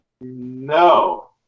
No